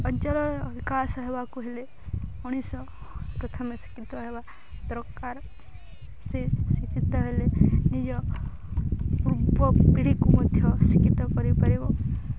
ଅଞ୍ଚଳର ବିକାଶ ହେବାକୁ ହେଲେ ମଣିଷ ପ୍ରଥମେ ଶିକ୍ଷିତ ହେବା ଦରକାର ସେ ଶିକ୍ଷିତ ହେଲେ ନିଜ ପୂର୍ବ ପିଢ଼ିକୁ ମଧ୍ୟ ଶିକ୍ଷିତ କରିପାରିବ